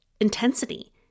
intensity